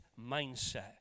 mindset